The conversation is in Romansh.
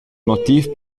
motiv